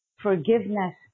forgiveness